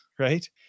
Right